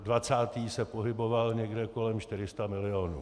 Dvacátý se pohyboval někde kolem 400 milionů.